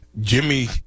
Jimmy